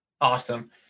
Awesome